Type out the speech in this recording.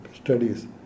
studies